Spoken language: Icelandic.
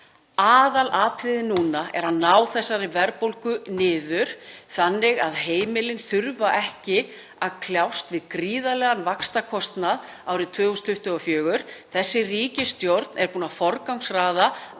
Aðalatriðið núna er að ná þessari verðbólgu niður þannig að heimilin þurfi ekki að kljást við gríðarlegan vaxtakostnað árið 2024. Þessi ríkisstjórn er búin að forgangsraða